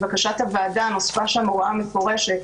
לבקשת הוועדה נוספה שם הוראה מפורשת,